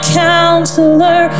counselor